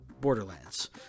Borderlands